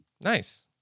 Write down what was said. Nice